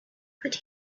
put